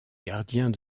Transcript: gardiens